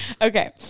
Okay